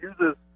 uses